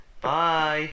bye